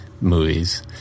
movies